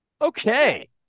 Okay